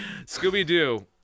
scooby-doo